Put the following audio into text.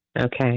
Okay